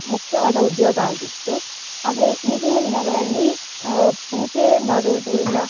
ಮುಖ್ಯವಾದ ಉದ್ಯೋಗ ಆಗಿತ್ತು ಆದರೆ ಈಗಿನ ದಿನಗಳಲ್ಲಿ ಪೂಜೆ ಮಾಡೋದು ಇಲ್ಲ